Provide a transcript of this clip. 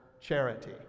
charity